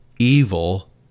evil